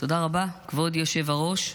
תודה רבה, כבוד היושב-ראש.